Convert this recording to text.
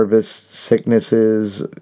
sicknesses